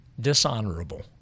dishonorable